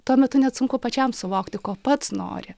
tuo metu net sunku pačiam suvokti ko pats nori